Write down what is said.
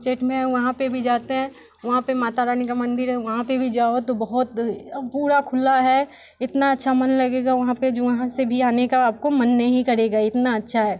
उज्जैन में है वहाँ पे भी जाते हैं वहाँ पे माता रानी का मंदिर है वहाँ पे भी जाओ तो बहुत पूरा खुला है इतना अच्छा मन लगेगा वहाँ पे जो वहाँ से भी आने का आपको मन नहीं करेगा इतना अच्छा है